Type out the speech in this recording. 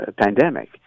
pandemic